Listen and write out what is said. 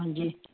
ਹਾਂਜੀ